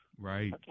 Right